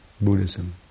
Buddhism